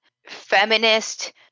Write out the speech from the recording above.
feminist